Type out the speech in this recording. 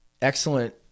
Excellent